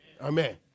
Amen